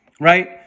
right